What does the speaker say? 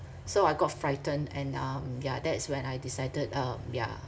so I got frightened and um yeah that is when I decided um yeah